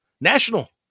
national